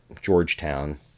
Georgetown